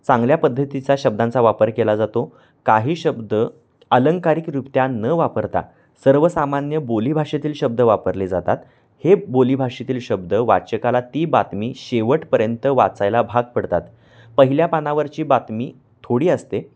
चांगल्या पद्धतीचा शब्दांचा वापर केला जातो काही शब्द अलंंकारिकरित्या न वापरता सर्वसामान्य बोलीभाषेतील शब्द वापरले जातात हे बोलीभाषेतील शब्द वाचकाला ती बातमी शेवटपर्यंत वाचायला भाग पाडतात पहिल्या पानावरची बातमी थोडी असते